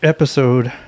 Episode